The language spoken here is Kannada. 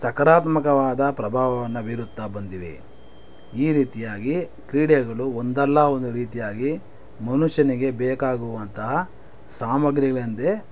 ಸಕಾರಾತ್ಮಕವಾದ ಪ್ರಭಾವವನ್ನು ಬೀರುತ್ತಾ ಬಂದಿವೆ ಈ ರೀತಿಯಾಗಿ ಕ್ರೀಡೆಗಳು ಒಂದಲ್ಲ ಒಂದು ರೀತಿಯಾಗಿ ಮನುಷ್ಯನಿಗೆ ಬೇಕಾಗುವಂತಹ ಸಾಮಗ್ರಿಗಳೆಂದೇ